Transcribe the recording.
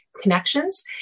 connections